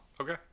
Okay